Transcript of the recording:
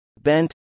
Bent